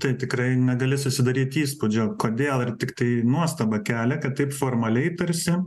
tai tikrai negali susidaryt įspūdžio kodėl ir tiktai nuostabą kelia kad taip formaliai tarsi